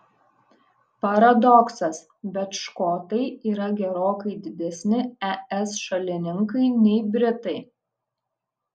paradoksas bet škotai yra gerokai didesni es šalininkai nei britai